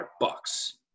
Bucks